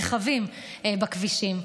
רכבים בכבישים.